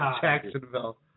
Jacksonville